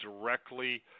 directly